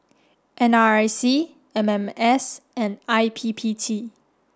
N R I C M M S and I P P T